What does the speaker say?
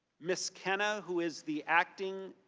ms. kenna who is the acting,